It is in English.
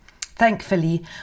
Thankfully